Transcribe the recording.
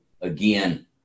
again